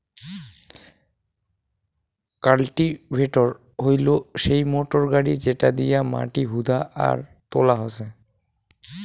cultivator হইলো সেই motor গাড়ি যেটা দিয়া মাটি হুদা আর তোলা হসে